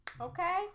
Okay